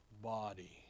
body